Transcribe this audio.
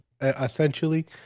essentially